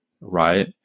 right